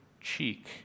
cheek